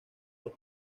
los